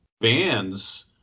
bands